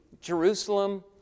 Jerusalem